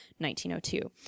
1902